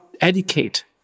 educate